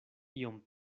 iom